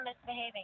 misbehaving